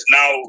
now